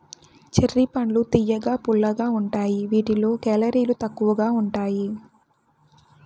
cherry పండ్లు తియ్యగా, పుల్లగా ఉంటాయి వీటిలో కేలరీలు తక్కువగా ఉంటాయి